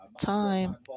time